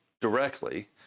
directly